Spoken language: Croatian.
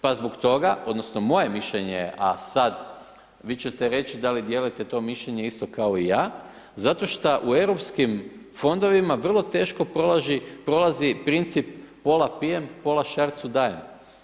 Pa zbog toga, odnosno moje mišljenje je, a sad, vi ćete reći da li dijelite to mišljenje isto kao i ja, zato što u EU fondovima vrlo teško prolazi princip pola pijem, pola šarcu dajem.